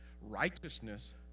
Righteousness